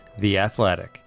theathletic